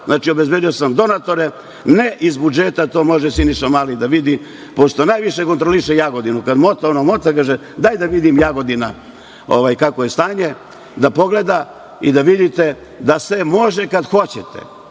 znači obezbedio sam donatore, ne iz budžeta, to može Siniša Mali da vidi, pošto najviše kontroliše Jagodinu, ono mota kaže – daj da vidim Jagodinu, kakvo je stanje, da pogleda i da vidite da se može kada hoćete,